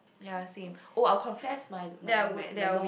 ya same oh I'll confess my my my my love